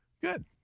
Good